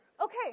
Okay